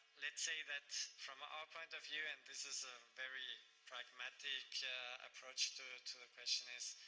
let's say that from our point of view and this is a very pragmatic approach to to the question is